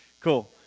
cool